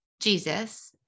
Jesus